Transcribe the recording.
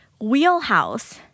wheelhouse